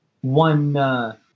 one